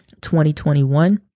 2021